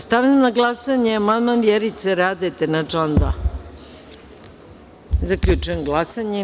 Stavljam na glasanje amandman Vjerice Radete na član 2. Zaključujem glasanje.